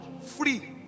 Free